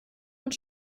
und